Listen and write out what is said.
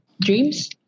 dreams